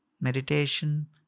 meditation